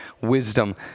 wisdom